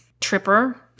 tripper